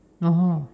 oh